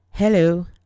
Hello